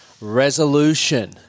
resolution